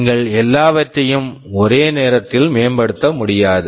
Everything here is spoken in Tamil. நீங்கள் எல்லாவற்றையும் ஒரே நேரத்தில் மேம்படுத்த முடியாது